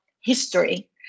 history